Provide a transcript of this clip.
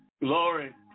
Glory